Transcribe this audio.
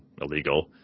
illegal